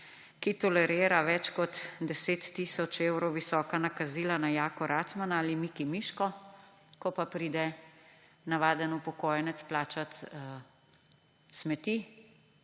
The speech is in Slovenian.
ki tolerira več kot 10 tisoč evrov visoka nakazila na Jako Racmana ali Miki Miško, ko pa pride navaden upokojenec plačat smeti,